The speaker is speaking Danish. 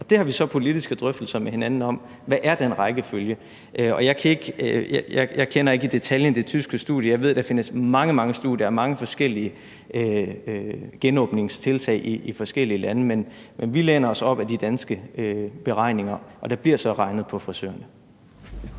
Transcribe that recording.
Det har vi så politiske drøftelser med hinanden om, altså hvad den rækkefølge er. Jeg kender ikke i detaljen det tyske studie, men jeg ved, at der findes mange, mange studier og mange forskellige genåbningstiltag i forskellige lande, men vi læner os op ad de danske beregninger, og der bliver så regnet på det